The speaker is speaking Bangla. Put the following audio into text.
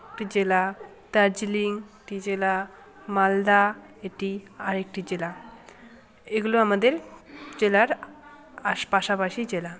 একটি জেলা দার্জিলিংটি জেলা মালদা এটি আরেকটি জেলা এগুলো আমাদের জেলার পাশাপাশি জেলা